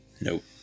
Nope